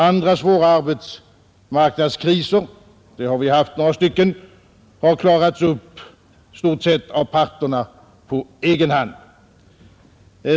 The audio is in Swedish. Andra svåra arbetsmarknadskriser — vi har haft några stycken — har klarats upp i stort sett av parterna på egen hand.